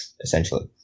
essentially